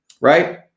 right